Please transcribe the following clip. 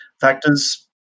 factors